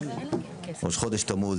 ראש חודש תמוז,